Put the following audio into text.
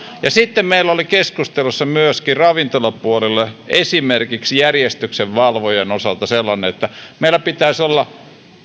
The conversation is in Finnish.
sitten meillä oli keskustelussa myöskin ravintolapuolella esimerkiksi järjestyksenvalvojan osalta sellainen että meillä pitäisi olla